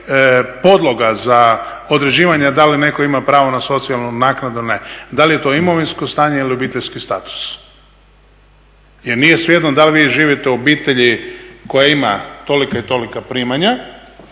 podloga za određivanje da li netko ima pravo na socijalnu naknadu ili ne. Da li je to imovinsko stanje ili obiteljski status. Jer nije svejedno da li vi živite u obitelji koja ima tolika i tolika primanja